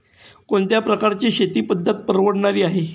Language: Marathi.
कोणत्या प्रकारची शेती पद्धत परवडणारी आहे?